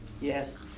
Yes